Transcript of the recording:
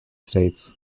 states